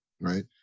right